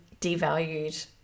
devalued